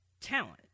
Talent